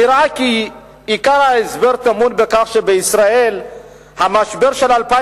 נראה כי עיקר ההסבר טמון בכך שבישראל המשבר של 2008